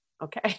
Okay